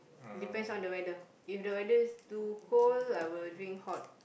depends on the weather if the weather too cold I will drink hot